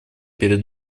перед